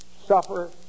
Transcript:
suffer